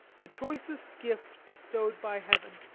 the choicest gift bestowed by heaven.